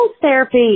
therapy